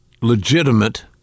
legitimate